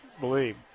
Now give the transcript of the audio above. believe